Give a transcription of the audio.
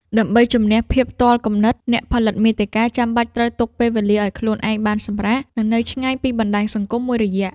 ដើម្បីជម្នះភាពទាល់គំនិត អ្នកផលិតមាតិកាចាំបាច់ត្រូវទុកពេលវេលាឱ្យខ្លួនឯងបានសម្រាក និងនៅឆ្ងាយពីបណ្ដាញសង្គមមួយរយៈ។